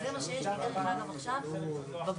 תוכנית "לגור בכבוד" של חגי